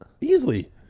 Easily